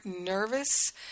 nervous